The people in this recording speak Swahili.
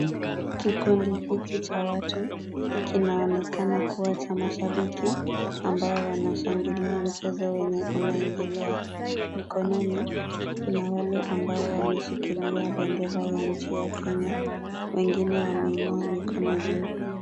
Kikundi hiki cha watu kinaonekana kuwa cha mashabiki ambao wanashangilia mchezo wenye unaendelea. Mkononi kuna wale ambao wameshikilia bendera ya nchi ya Kenya. Wengine wameinua mikono juu.